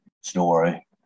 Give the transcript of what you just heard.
story